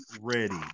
ready